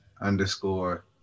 underscore